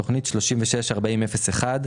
תכנית 36-4001